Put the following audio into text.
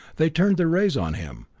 they turned their rays on him,